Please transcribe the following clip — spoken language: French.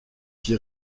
qui